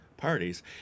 parties